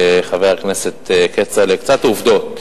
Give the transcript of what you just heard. חבר הכנסת כצל'ה, קצת עובדות.